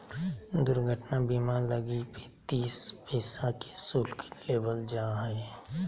दुर्घटना बीमा लगी पैंतीस पैसा के शुल्क लेबल जा हइ